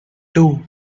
two